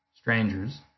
strangers